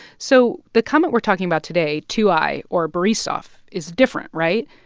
so the comet we're talking about today, two i or borisov, is different right?